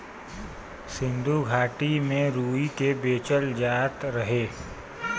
सिन्धु घाटी में रुई के बेचल जात रहे